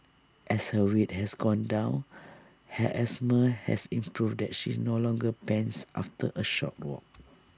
as her weight has gone down her asthma has improved and she no longer pants after A short walk